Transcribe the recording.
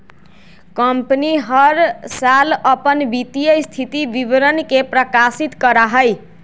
company हर साल अपन वित्तीय स्थिति विवरण के प्रकाशित करा हई